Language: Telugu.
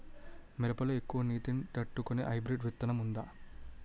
మిరప లో ఎక్కువ నీటి ని తట్టుకునే హైబ్రిడ్ విత్తనం వుందా?